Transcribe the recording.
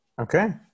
Okay